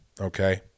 okay